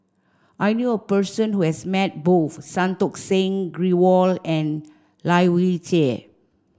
I knew a person who has met both Santokh Singh Grewal and Lai Weijie